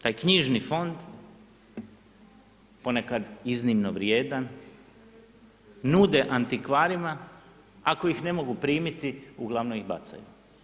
Taj knjižni fond ponekad iznimno vrijedan nude antikvarima ako ih ne mogu primiti, uglavnom ih bacaju.